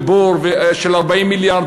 ובור של 40 מיליארד,